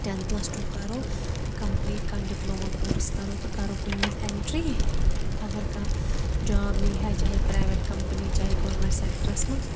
ten plus two کَرو complete کانٛہہ diploma course کَرو تہٕ کَرو کُنہِ مَنٛز ایٚنٹری اَگَر کانٛہہ جاب مِلہِ ہہَ چاہے پرایویٹ کَمپنی چاہے گورمیٚنٹ سیٚکٹَرس مَنٛز